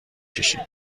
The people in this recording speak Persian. ﻧﻌﺮه